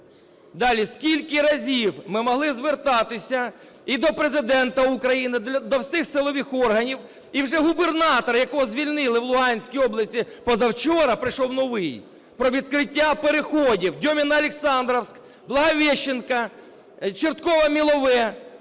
Далі. Скільки разів ми могли звертатися і до Президента України, до всіх силових органів. І вже губернатор, якого звільнили в Луганській області позавчора, прийшов новий. Про відкриття переходів Дьоміно-Олександрівка, Благовіщенка, Чортково-Мілове.